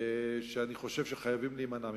שאני חושב שחייבים להימנע ממנו.